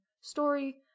story